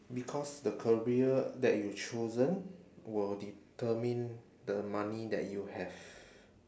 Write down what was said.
because the career that you've chosen will determine the money that you have